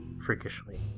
Freakishly